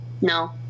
No